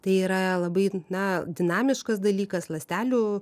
tai yra labai na dinamiškas dalykas ląstelių